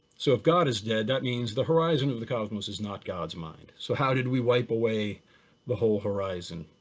so if god is dead, that means the horizon of the cosmos is not god's mind. so how did we wipe away the whole horizon?